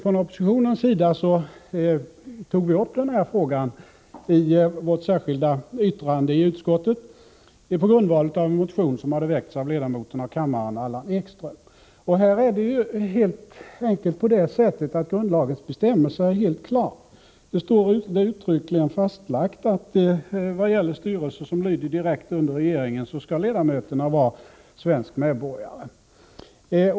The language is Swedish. Från oppositionens sida tog vi upp denna fråga i vårt särskilda yttrande i utskottsbetänkandet, på grundval av en motion som hade väckts av ledamoten av kammaren Allan Ekström. Här är det helt enkelt på det sättet att grundlagens bestämmelse är helt klar. Det är uttryckligen fastlagt att vad gäller styrelser som lyder direkt under regeringen skall ledamöterna vara svenska medborgare.